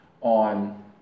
on